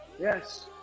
yes